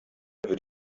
wird